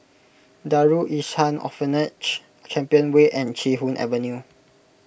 Darul Ihsan Orphanage Champion Way and Chee Hoon Avenue